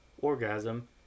orgasm